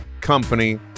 company